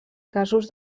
casos